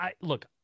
Look